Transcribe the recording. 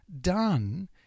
done